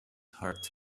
heart